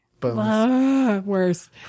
Worse